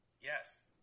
Yes